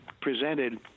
presented